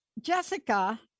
Jessica